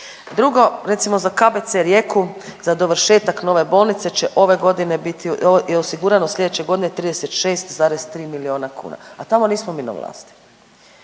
Drugo, recimo za KBC Rijeku za dovršetak nove bolnice će ove godine biti, je osigurano slijedeće godine 36,3 milijuna kuna, a tamo nismo mi na vlasti,